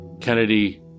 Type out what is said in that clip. Kennedy